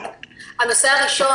הנושא הראשון,